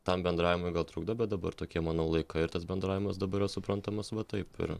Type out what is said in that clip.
tam bendravimui gal trukdo bet dabar tokie manau laikai ir tas bendravimas dabar yra suprantamas va taip ir